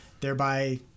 thereby